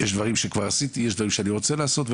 יש דברים שכבר עשיתי, יש דברים שאני רוצה לעשות.